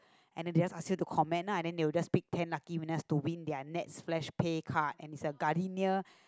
and then they just ask you to comment lah and they will just pick ten lucky winner to win their nets flash pay card and is a Gardenia